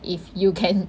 if you can